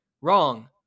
Wrong